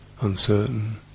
uncertain